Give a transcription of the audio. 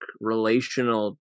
relational